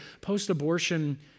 post-abortion